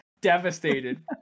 devastated